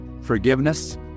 forgiveness